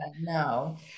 no